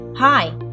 Hi